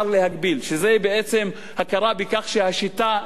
שזה בעצם הכרה בכך שהשיטה נכשלה,